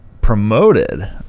promoted